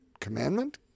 commandment